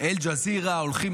אל-ג'זירה הולכים